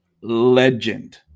Legend